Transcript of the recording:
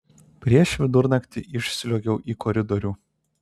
prieš vidurnaktį išsliuogiau į koridorių